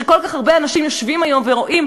שכל כך הרבה אנשים יושבים היום ורואים,